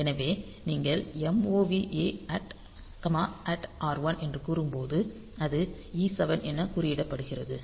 எனவே நீங்கள் MOV A R1 என்று கூறும்போது அது E7 என குறியிடப்படுகிறது